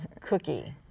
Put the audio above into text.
cookie